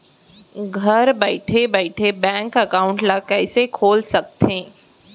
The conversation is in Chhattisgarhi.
घर बइठे बइठे बैंक एकाउंट ल कइसे खोल सकथे?